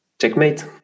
checkmate